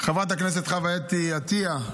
חברת הכנסת חוה אתי עטייה,